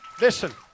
listen